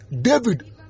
David